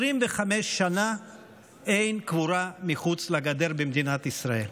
25 שנה אין קבורה מחוץ לגדר במדינת ישראל.